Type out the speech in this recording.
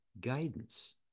guidance